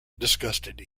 disgusted